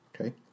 Okay